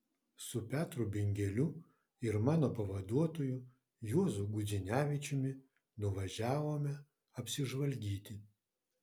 su petru bingeliu ir mano pavaduotoju juozu gudzinevičiumi nuvažiavome apsižvalgyti